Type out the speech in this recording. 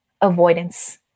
avoidance